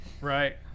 right